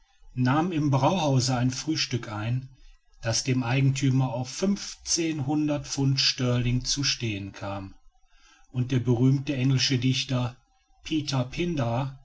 nahm im brauhause ein frühstück ein das dem eigentümer auf fünfzehnhundert pfund sterling zu stehen kam und der berühmte englische dichter peter